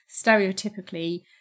stereotypically